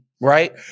right